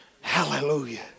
Hallelujah